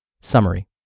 Summary